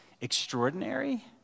extraordinary